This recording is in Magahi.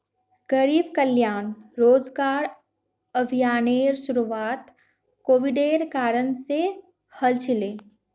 गरीब कल्याण रोजगार अभियानेर शुरुआत कोविडेर कारण से हल छिले